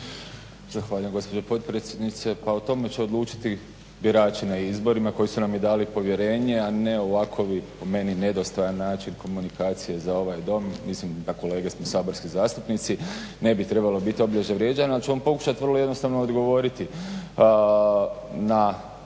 Zahvaljujem gospođo potpredsjednice. Pa o tome će odlučiti birači na izborima koji su nam i dali povjerenje, a ne ovakovi, po meni nedostojan način komunikacije za ovaj dom. Mislim da kolege smo saborski zastupnici, ne bi trebalo biti obilježje vrijeđanja, ali ću vam pokušati vrlo jednostavno odgovoriti na ovu priču.